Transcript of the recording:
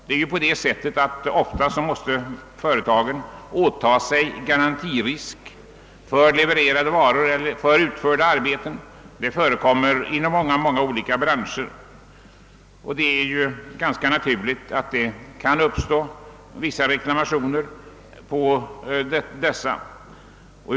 Ofta måste ett företag ikläda sig garantier för levererade varor eller utförda arbeten. Detta förekommer inom många branscher, där det kan förekomma reklamationer.